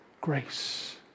grace